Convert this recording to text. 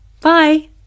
bye